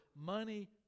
Money